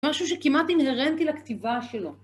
משהו שכמעט אינהרנטי לכתיבה שלו.